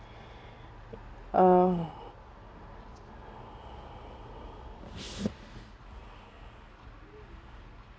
uh